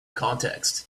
context